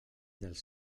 dels